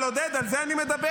אבל עודד, על זה אני מדבר.